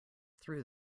through